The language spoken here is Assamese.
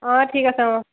অঁ ঠিক আছে অঁ